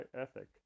ethic